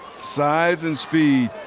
size and speed.